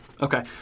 Okay